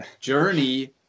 journey